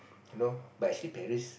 you know but actually parents